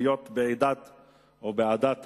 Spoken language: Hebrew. להיות בעדת המקופחים,